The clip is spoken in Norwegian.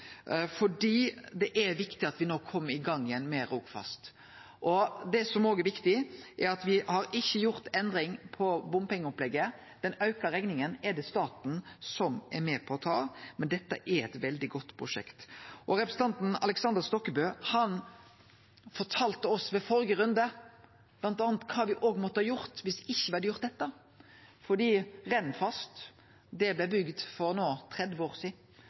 det er viktig at me no kjem i gang igjen med Rogfast. Det som òg er viktig, er at me ikkje har gjort endring på bompengeopplegget. Den auka rekninga er det staten som er med på å ta. Men dette er eit veldig godt prosjekt. Representanten Aleksander Stokkebø fortalde oss ved førre runde bl.a. kva me måtte ha gjort viss me ikkje hadde gjort dette.